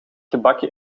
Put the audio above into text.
gebakken